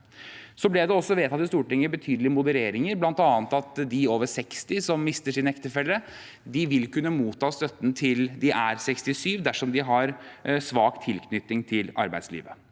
ble det vedtatt betydelige modereringer, bl.a. at de over 60 år som mister sin ektefelle, vil kunne motta støtten til de er 67 år dersom de har svak tilknytning til arbeidslivet.